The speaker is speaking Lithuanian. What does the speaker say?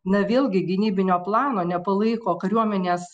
na vėlgi gynybinio plano nepalaiko kariuomenės